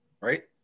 right